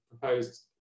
proposed